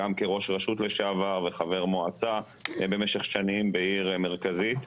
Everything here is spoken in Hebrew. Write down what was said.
גם כראש רשות לשעבר וחבר מועצה במשך שנים בעיר מרכזית,